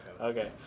Okay